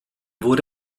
wurde